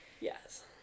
yes